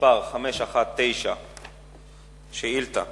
ביום ט"ו